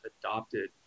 adopted